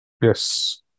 Yes